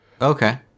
Okay